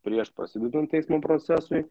prieš prasidedant teismo procesui